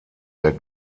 der